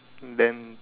then